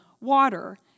water